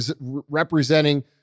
representing